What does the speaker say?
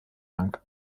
lang